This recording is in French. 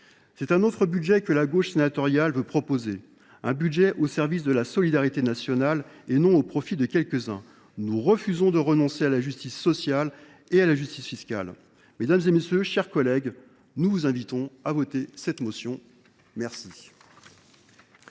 C’est un autre budget que la gauche sénatoriale veut proposer : un budget qui soit au service de la solidarité nationale et non au profit de quelques uns. Nous refusons de renoncer à la justice sociale et à la justice fiscale. Mes chers collègues, nous vous invitons à voter cette motion tendant